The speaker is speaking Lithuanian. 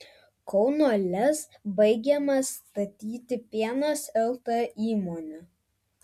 kauno lez baigiama statyti pienas lt įmonė